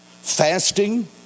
fasting